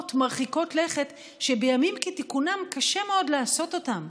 מרחיקות לכת שבימים כתיקונם קשה מאוד לעשות אותן.